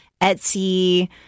Etsy